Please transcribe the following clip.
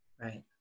right